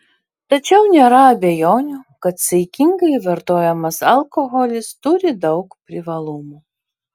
tačiau nėra abejonių kad saikingai vartojamas alkoholis turi daug privalumų